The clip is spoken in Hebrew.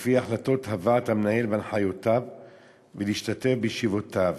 לפי החלטות הוועד המנהל והנחיותיו ולהשתתף בישיבותיו